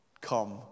Come